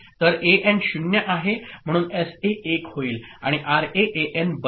तर एएन 0 आहे म्हणून एसए 1 होईल आणि आरए एएन बनते